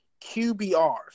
QBR